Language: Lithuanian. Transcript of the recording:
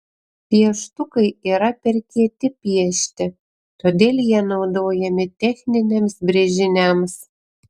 pieštukai yra per kieti piešti todėl jie naudojami techniniams brėžiniams